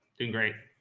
doing great.